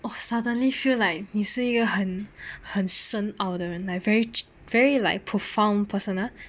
!wah! suddenly feel like 你是一个很很深奥的人 like very very like profound person ah